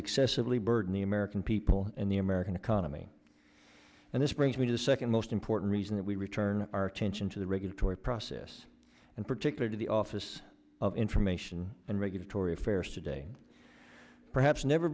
excessively burden the american people and the american economy and this brings me to the second most important reason that we return our attention to the regulatory process in particular to the office of information and regulatory affairs today perhaps never